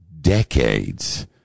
Decades